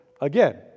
again